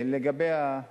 לגבי, להעביר,